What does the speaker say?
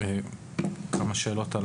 כמה שאלות.